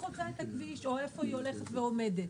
חוצה את הכביש או איפה היא הולכת ועומדת.